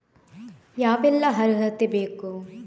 ಯಾವೆಲ್ಲ ಅರ್ಹತೆ ಬೇಕು?